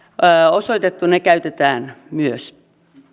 osoitettu käytetään myös